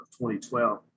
2012